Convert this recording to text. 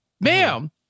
Ma'am